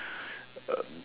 uh